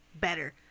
better